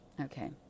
Okay